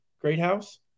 Greathouse